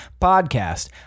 podcast